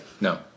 No